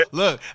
look